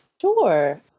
Sure